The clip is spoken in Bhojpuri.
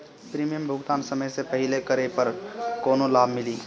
प्रीमियम भुगतान समय से पहिले करे पर कौनो लाभ मिली?